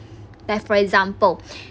like for example